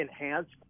enhanced